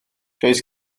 does